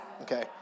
okay